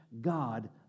God